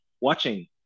watching